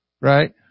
Right